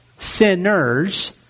sinners